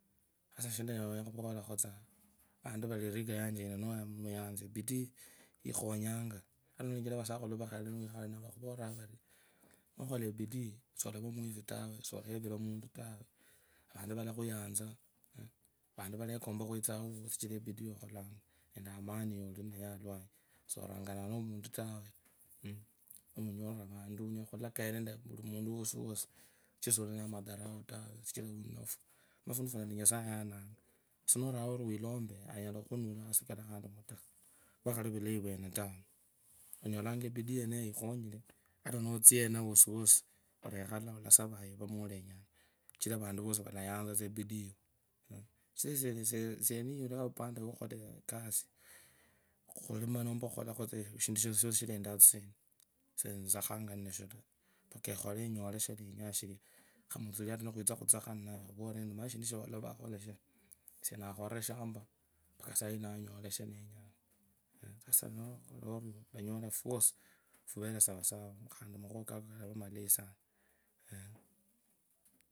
Sasa shamukhaya mukwolekho tsa avantu vuri erika yanje yino yanza ebidii ikhonyanga kachira nulechera vasakhulu vakhale vakhuvuriranga vari nukhula ebidi sulava ofwifi taa sulevira umuntu taa khandi vayakhuyanza kachira ebidii yovesta ninayo nende amani waendelea alwanyi sorangananga nomuntu taa alakayanga nende omuntu wasiwasi sichira sori nende madharau tawe kachira waninofe umanye fundu funo ninyasaye yananya anyala khukhuna khandi asikale mutakha vyakhali valai vwene taa onyalanga ibidi yeneyo yikhonyise ata nutsayenza wasiwasi olekhale olasavaiva mwolenyaa kachira vantu vosi valayanza ebidi yiyo esie niyola vupande rwokhakhulakha tsa ekasi khulima nomba khukholakho tsa shindu shosishosi shiendaa tsisendi sethakhanga nitashu taa pakaa ekhule enyule shanenyanga shilia khamutsuri enyala khwitsa khuthakha ninawe ekhuvurire eti omanye shindu shawalova asie nakharire vampaa mpaka sai nanyola shanenya ngaa sasa nukhulu ono wianyola fejusi fuvere sawasawa khandi maisha kako kalava malayi sana eeh.